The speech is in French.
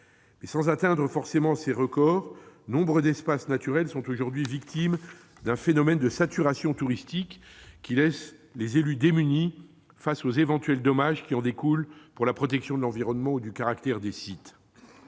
sans atteindre forcément ces records, nombre d'espaces naturels sont aujourd'hui victimes d'un phénomène de saturation touristique, qui laisse les élus démunis face aux éventuels dommages qui en découlent pour la protection de l'environnement ou du caractère de ces sites.